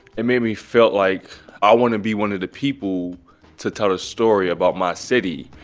it made me felt like i want to be one of the people to tell a story about my city.